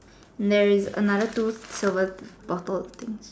there's another two silver bottled things